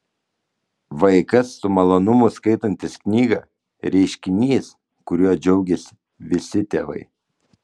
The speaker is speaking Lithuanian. vaikas su malonumu skaitantis knygą reiškinys kuriuo džiaugiasi visi tėvai